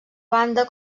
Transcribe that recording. banda